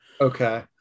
Okay